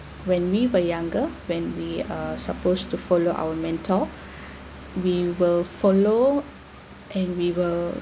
when we were younger when we are supposed to follow our mentor we will follow and we will